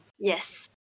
Yes